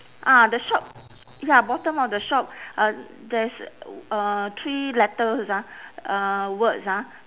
ah the shop ya bottom of the shop uh there is uh three letters ah uh words ah